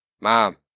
mom